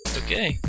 okay